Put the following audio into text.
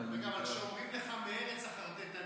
אבל כשאומרים לך "מארץ החרטטנים",